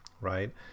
Right